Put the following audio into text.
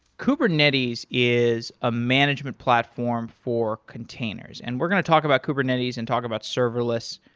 kubernetes is a management platform for containers, and we're going to talk about kubernetes and talk about serverless.